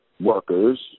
workers